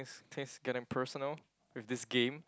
things things getting personal with this game